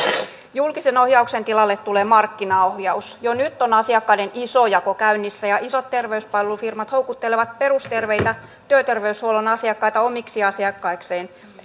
julkisen ohjauksen tilalle tulee markkinaohjaus jo nyt on asiakkaiden isojako käynnissä ja isot terveyspalvelufirmat houkuttelevat perusterveitä työterveyshuollon asiakkaita omiksi asiakkaikseen